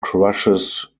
crushes